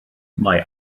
mae